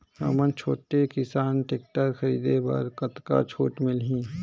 हमन छोटे किसान टेक्टर खरीदे बर कतका छूट मिलही?